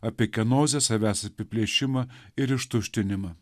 apie kenozę savęs apiplėšimą ir ištuštinimą